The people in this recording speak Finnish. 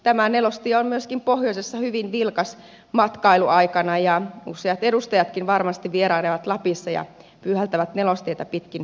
tämä nelostie on myöskin pohjoisessa hyvin vilkas matkailuaikana ja useat edustajatkin varmasti vierailevat lapissa ja pyyhältävät nelostietä pitkin pohjoiseen